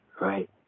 Right